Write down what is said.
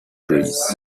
breeze